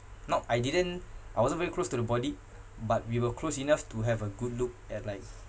no I didn't I wasn't very close to the body but we were close enough to have a good look at like